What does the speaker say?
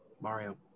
mario